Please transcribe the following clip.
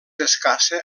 escassa